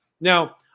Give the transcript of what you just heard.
Now